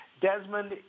Desmond